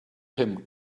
him